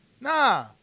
Nah